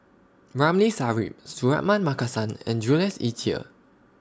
Ramli Sarip Suratman Markasan and Jules Itier